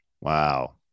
Wow